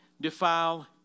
defile